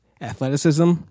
athleticism